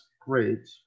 great